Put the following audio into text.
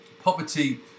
poverty